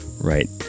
right